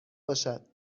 باشد